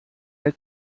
der